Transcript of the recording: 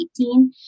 2018